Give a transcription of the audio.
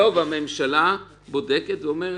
אם הממשלה לא מממנת, אז זה שהממשלה תגיד